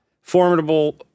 formidable